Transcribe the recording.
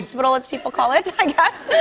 hospital, as people call it, i guess.